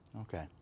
Okay